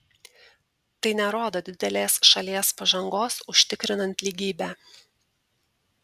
tai nerodo didelės šalies pažangos užtikrinant lygybę